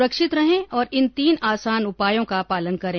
सुरक्षित रहें और इन तीन आसान उपायों का पालन करें